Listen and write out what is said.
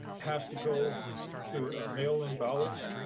has to go to mail in ballots.